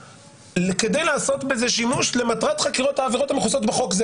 כדי לעשות בזה שימוש למטרת חקירות העבירות המכוסות בחוק.